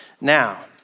now